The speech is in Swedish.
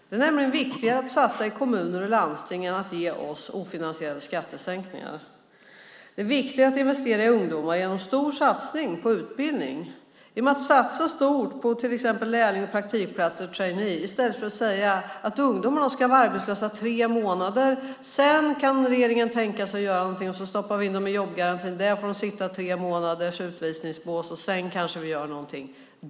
Det är nämligen viktigare att satsa i kommuner och landsting än att ge oss ofinansierade skattesänkningar. Det är viktigare att investera i ungdomar genom en stor satsning på utbildning. Genom att satsa stort på till exempel lärlings-, praktik och traineeplatser i stället för att säga att ungdomarna ska vara arbetslösa i tre månader; sedan kan regeringen tänka sig att göra något. Då stoppas de in i jobbgarantin där de får sitta tre månader i utvisningsbåset, och sedan kanske någonting görs för dem.